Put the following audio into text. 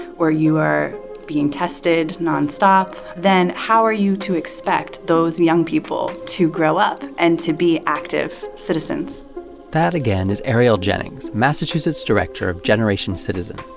where you are being tested non-stop, then how are you to expect those young people to grow up and to be active citizens that, again, is arielle jennings, massachusetts director of generation citizen.